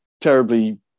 terribly